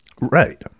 Right